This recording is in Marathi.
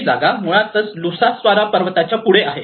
ही जागा मुळात लुसास्वारा पर्वताच्या पुढे आहे